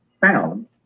found